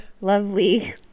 lovely